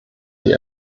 die